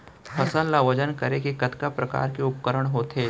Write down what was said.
फसल ला वजन करे के कतका प्रकार के उपकरण होथे?